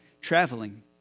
traveling